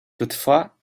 toutefois